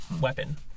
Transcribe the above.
weapon